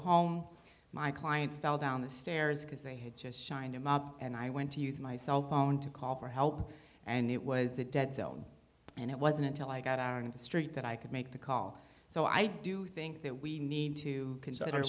home my client fell down the stairs because they had just signed him up and i went to use my cell phone to call for help and it was a dead zone and it wasn't until i got out of the street that i could make the call so i do think that we need to cons